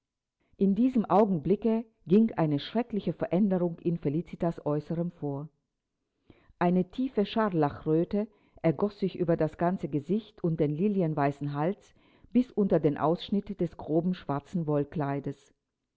in diesem augenblicke ging eine schreckliche veränderung in felicitas aeußerem vor eine tiefe scharlachröte ergoß sich über das ganze gesicht und den lilienweißen hals bis unter den ausschnitt des groben schwarzen